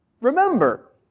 remember